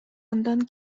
андан